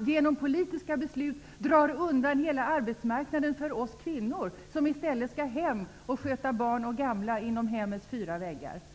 Genom politiska beslut drar man undan hela arbetsmarknaden för oss kvinnor, som i stället skall sköta barn och gamla inom hemmets fyra väggar.